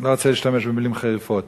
לא רוצה להשתמש במלים חריפות,